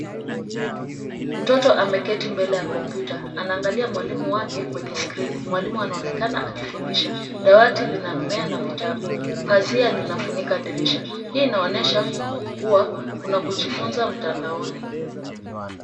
Mtoto ameketi mbele ya kompyuta. Anaangalia mwalimu wake kwenye screen . Mwalimu anaonekana akifundisha. Dawati lina mmea na vitabu. Pazia linafunika dirisha. Hii inaonyesha kuwa kuna kujifunza mtandaoni.